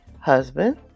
husband